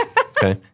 Okay